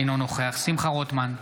אינו נוכח שמחה רוטמן,